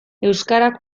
euskarak